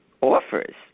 offers